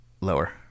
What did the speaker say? Lower